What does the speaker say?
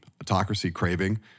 autocracy-craving